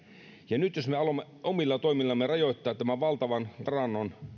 ja nyt jos me haluamme omilla toimillamme rajoittaa tämän valtavan varannon